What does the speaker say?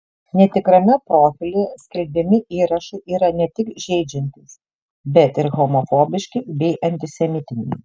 netikrame profilyje skelbiami įrašai yra ne tik žeidžiantys bet ir homofobiški bei antisemitiniai